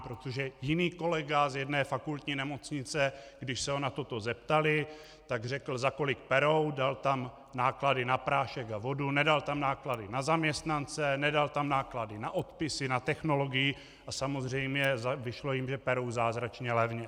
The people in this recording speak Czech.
Protože jiný kolega z jedné fakultní nemocnice, když se ho na toto zeptali, tak řekl, za kolik perou, dal tam náklady na prášek a vodu, nedal tam náklady na zaměstnance, nedal tam náklady na odpisy, na technologii a samozřejmě vyšlo jim, že perou zázračně levně.